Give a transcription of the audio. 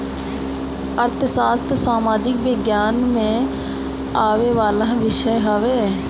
अर्थशास्त्र सामाजिक विज्ञान में आवेवाला विषय हवे